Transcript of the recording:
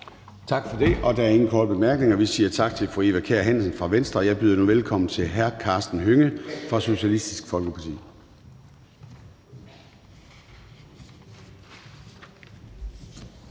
Tak for det. Der er ingen korte bemærkninger. Vi siger tak til fru Eva Kjer Hansen fra Venstre, og jeg byder velkommen til hr. Karsten Hønge fra Socialistisk Folkeparti.